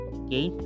okay